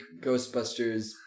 Ghostbusters